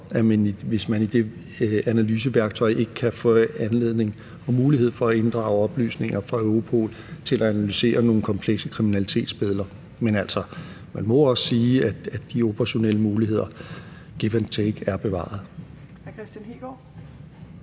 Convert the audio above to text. hvis man ikke med det analyseværktøj kan få anledning til og mulighed for at inddrage oplysninger fra Europol til at analysere nogle komplekse kriminalitetsbilleder. Men, altså, man må også sige, at de operationelle muligheder – give and take – er bevaret.